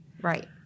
right